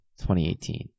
2018